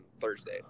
Thursday